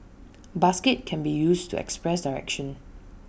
basket can be used to express direction